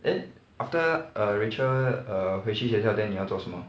then after err rachel err 回去学校 then 你要做什么